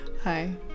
hi